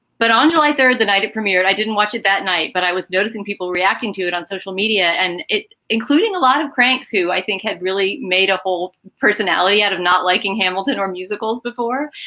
but on july third, the night it premiered, i didn't watch it that night, but i was noticing people reacting to it on social media and it including a lot of cranks who i think had really made a whole personality out of not liking hamilton or musicals before,